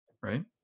right